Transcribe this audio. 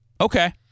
okay